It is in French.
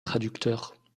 traducteur